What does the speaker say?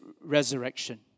resurrection